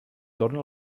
torna